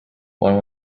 one